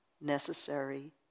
Necessary